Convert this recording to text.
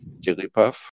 Jigglypuff